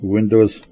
Windows